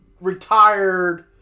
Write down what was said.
retired